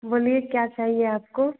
बोलिए क्या चाहिए आपको